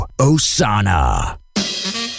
Osana